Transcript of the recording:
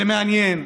זה מעניין,